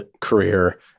career